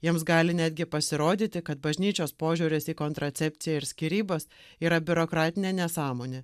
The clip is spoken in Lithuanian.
jiems gali netgi pasirodyti kad bažnyčios požiūris į kontracepciją ir skyrybas yra biurokratinė nesąmonė